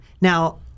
Now